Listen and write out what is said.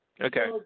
Okay